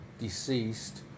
deceased